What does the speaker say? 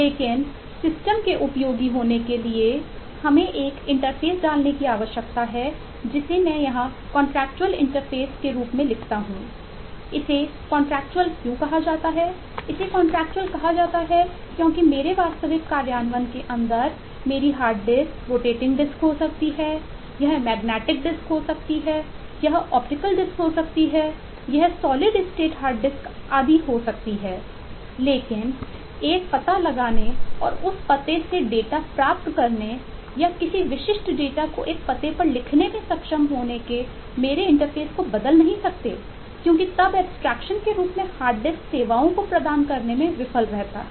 लेकिन सिस्टम सेवाओं को प्रदान करने में विफल रहती है